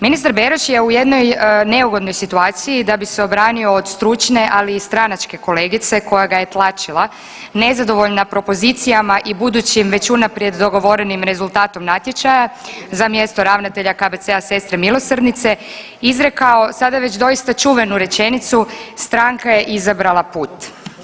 Ministar Beroš je u jednoj neugodnoj situaciji da bi se obranio od stručne, ali i stranačke kolegice koja ga je tlačila nezadovoljna propozicijama i budućim već unaprijed dogovorenim rezultatom natječaja za mjesto ravnatelja KBC Sestre milosrdnice izrekao sada već doista čuvenu rečenicu „stranka je izabrala put“